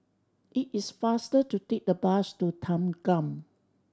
it is faster to take the bus to Thanggam